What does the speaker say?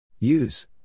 Use